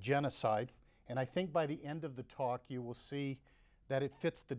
genocide and i think by the end of the talk you will see that it fits the